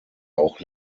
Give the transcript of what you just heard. auch